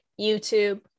YouTube